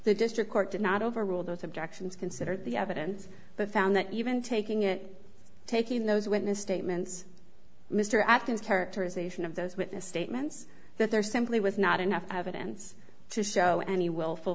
the district court did not overrule those objections considered the evidence but found that even taking it taking those witness statements mr acton's characterization of those witness statements that there simply was not enough evidence to show any willful